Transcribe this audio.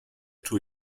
too